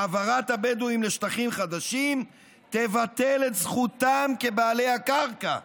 העברת הבדואים לשטחים חדשים תבטל את זכותם כבעלי הקרקע,